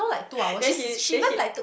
then she then she